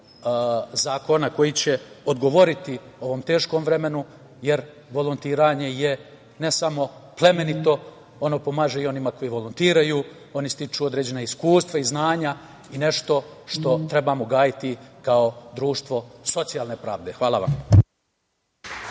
zakona koji će odgovoriti ovom teškom vremenu, jer volontiranje je ne samo plemenito, ono pomaže i onima koji volontiraju, oni stiču određena iskustva i znanja i nešto što trebamo gajiti kao društvo socijalne pravde. Hvala vam. **Ivica